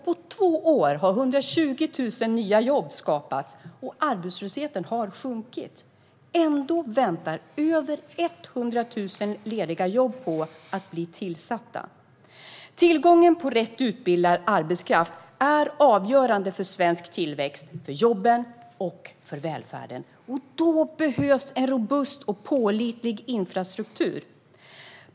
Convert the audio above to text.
På två år har 120 000 nya jobb skapats, och arbetslösheten har sjunkit. Ändå väntar över 100 000 lediga jobb på att bli tillsatta. Tillgången till rätt utbildad arbetskraft är avgörande för svensk tillväxt, för jobben och för välfärden. Då behövs robust och pålitlig infrastruktur.